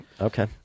Okay